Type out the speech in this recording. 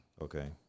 Okay